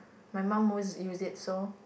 my mum always use it so